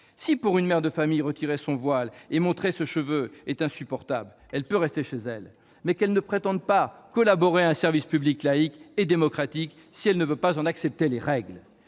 Si, pour une mère de famille, retirer son voile et montrer ses cheveux est insupportable, elle peut rester chez elle, mais qu'elle ne prétende pas collaborer à un service public laïque et démocratique sans en accepter les règles.